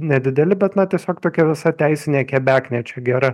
nedideli bet na tiesiog tokia visa teisinė kebeknė čia gera